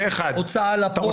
הוצאה לפועל, גבייה קנסות.